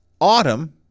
autumn